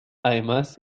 además